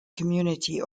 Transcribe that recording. community